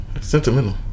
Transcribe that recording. Sentimental